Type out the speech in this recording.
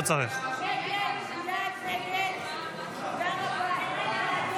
התשפ"ה 2024,